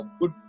good